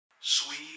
Sweet